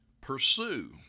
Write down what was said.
pursue